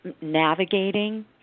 navigating